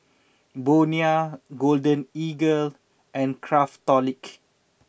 Bonia Golden Eagle and Craftholic